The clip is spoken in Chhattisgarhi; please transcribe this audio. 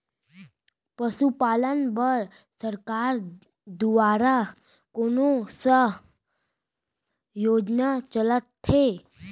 पशुपालन बर सरकार दुवारा कोन स योजना चलत हे?